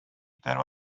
there